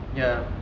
ya